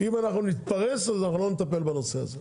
אם אנחנו נתפרס אז אנחנו לא נטפל בנושא הזה,